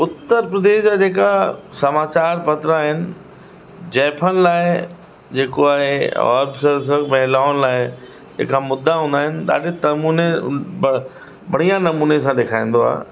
उत्तर प्रदेश जा जेका समाचार पत्र आहिनि ज़ाइफ़ुनि लाइ जेको आहे ख़ासिकर कर महिलाउनि लाइ जेका मुद्दा हूंदा आहिनि ॾाढे नमूने ब बढ़िया नमूने सां ॾेखारींदो आहे